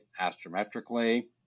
astrometrically